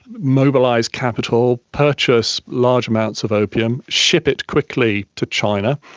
mobilise capital, purchase large amounts of opium, ship it quickly to china,